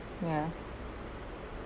ya